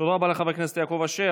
תודה רבה לחבר הכנסת יעקב אשר.